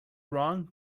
wrong